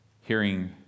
hearing